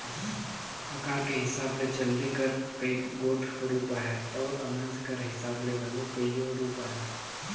अकार कर हिसाब ले चलनी कर कइयो गोट रूप अहे अउ अनाज कर हिसाब ले घलो कइयो रूप अहे